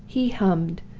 he hummed!